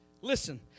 Listen